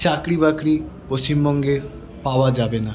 চাকরি বাকরি পশ্চিমবঙ্গে পাওয়া যাবে না